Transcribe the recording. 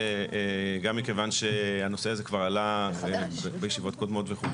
גם מכיוון שהנושא הזה כבר עלה בישיבות קודמות וכולי.